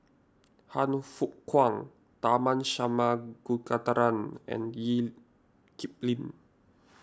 Han Fook Kwang Tharman Shanmugaratnam and Lee Kip Lin